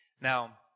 Now